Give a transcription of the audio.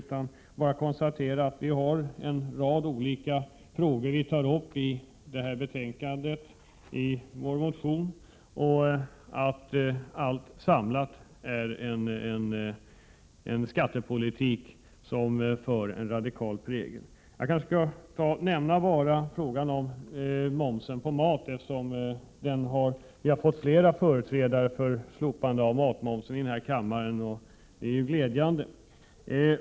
I betänkandet behandlas en rad olika frågor som vi har tagit upp i våra motioner, och jag konstaterar att sammantaget har vår skattepolitik en radikal prägel. Jag kanske skall nämna frågan om momsen på mat. Vi har ju fått flera företrädare här i kammaren för kravet på slopande av matmomsen, vilket är glädjande.